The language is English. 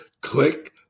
Click